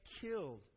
killed